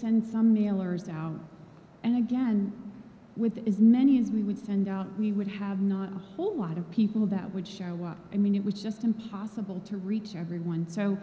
send some mailers out and again with as many as we would send out we would have not a whole lot of people that would show up i mean it was just impossible to reach everyone so